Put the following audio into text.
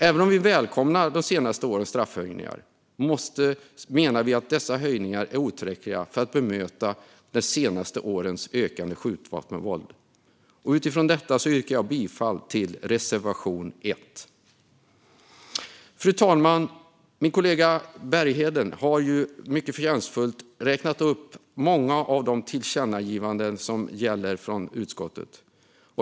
Även om vi välkomnar de senaste årens straffhöjningar menar vi att dessa höjningar är otillräckliga för att bemöta de senaste årens ökande skjutvapenvåld. Utifrån detta yrkar jag bifall till reservation 1. Fru talman! Min kollega Bergheden har mycket förtjänstfullt räknat upp många av utskottets tillkännagivanden.